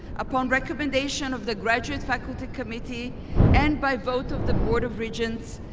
upon recommendation of the graduate faculty committee and by vote of the board of regents,